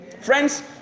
Friends